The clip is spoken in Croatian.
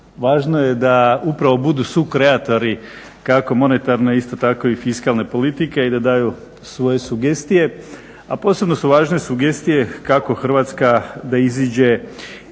važno je da upravo budu sukreatori kako monetarne isto tako i fiskalne politike i da daju svoje sugestije. A posebno su važne sugestije kako Hrvatska da izađe